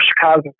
Chicago